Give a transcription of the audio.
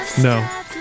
No